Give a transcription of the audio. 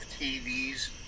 TV's